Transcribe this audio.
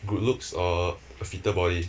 good looks or a fitter body